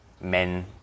men